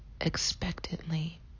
expectantly